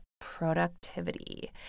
productivity